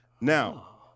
Now